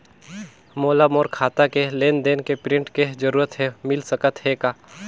मोला मोर खाता के लेन देन के प्रिंट के जरूरत हे मिल सकत हे का?